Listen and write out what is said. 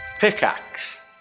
Pickaxe